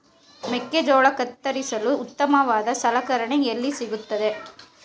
ಮೆಕ್ಕೆಜೋಳ ಕತ್ತರಿಸಲು ಉತ್ತಮವಾದ ಸಲಕರಣೆ ಎಲ್ಲಿ ಸಿಗುತ್ತದೆ?